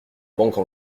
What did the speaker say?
banque